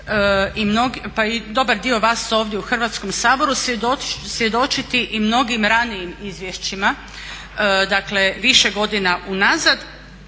pa i dobar dio vas ovdje u Hrvatskom saboru svjedočiti i mnogim ranijim izvješćima, dakle više godina unazad.